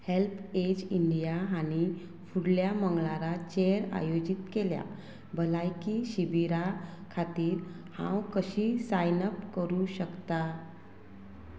HelpAge India हांणी फुडल्या मंगळाराचेर आयोजीत केल्या भलायकी शिबिरा खातीर हांव कशी सायन अप करूं शकता